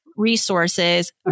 resources